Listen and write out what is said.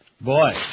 Boy